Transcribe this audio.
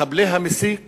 מחבלי המסיק